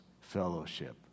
fellowship